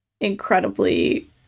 incredibly